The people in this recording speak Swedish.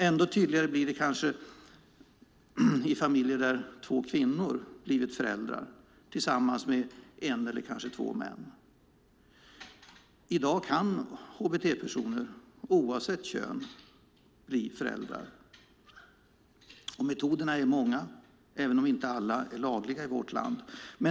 Ändå tydligare blir det kanske i familjer där två kvinnor blivit föräldrar tillsammans med en eller kanske två män. I dag kan hbt-personer oavsett kön bli föräldrar. Metoderna är många, även om inte alla är lagliga i vårt land.